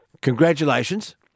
Congratulations